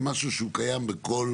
זה משהו שקיים בכל